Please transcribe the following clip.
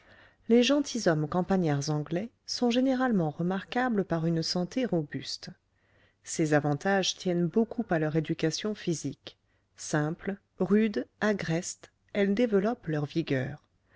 les gentilshommes campagnards anglais sont généralement remarquables par une santé robuste ces avantages tiennent beaucoup à leur éducation physique simple rude agreste elle développe leur vigueur